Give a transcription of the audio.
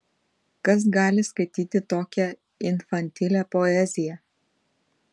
kas gali skaityti tokią infantilią poeziją